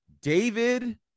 David